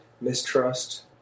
mistrust